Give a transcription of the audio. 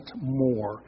more